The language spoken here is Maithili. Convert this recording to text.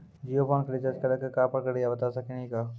जियो फोन के रिचार्ज करे के का प्रक्रिया बता साकिनी का?